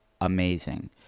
amazing